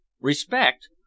Respect